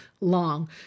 long